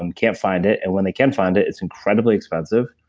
um can't find it, and when they can find it, it's incredibly expensive,